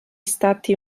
stati